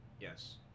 Yes